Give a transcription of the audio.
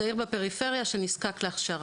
צעיר בפריפריה שנזקק להכשרה.